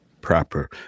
Proper